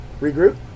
regroup